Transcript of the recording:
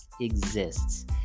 exists